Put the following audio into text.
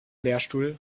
lehrstuhl